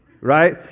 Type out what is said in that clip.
right